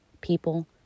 People